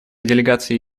делегации